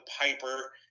Piper